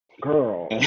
girl